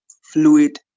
fluid